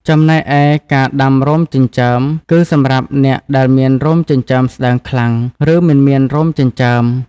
ចំណែកឯ ការដាំរោមចិញ្ចើម គឺសម្រាប់អ្នកដែលមានរោមចិញ្ចើមស្តើងខ្លាំង ឬមិនមានរោមចិញ្ចើម។